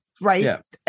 Right